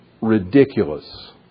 ridiculous